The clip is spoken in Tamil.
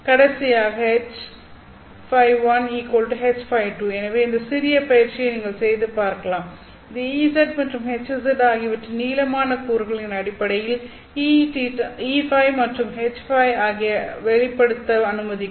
கடைசியாக HØ1HØ2 எனவே இந்த சிறிய பயிற்சியை நீங்கள் செய்து பார்க்கலாம் இது Ez மற்றும் Hz ஆகியவற்றின் நீளமான கூறுகளின் அடிப்படையில் EØ மற்றும் HØ ஐ வெளிப்படுத்த அனுமதிக்கும்